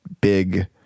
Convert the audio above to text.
big